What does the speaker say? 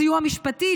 סיוע משפטי,